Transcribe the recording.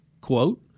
quote